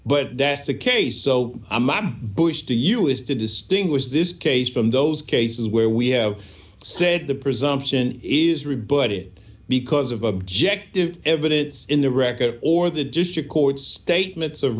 but death the case so a mob bush to you is to distinguish this case from those cases where we have said the presumption is rebut it because of objective evidence in the record or the district court's statements of